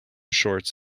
shorts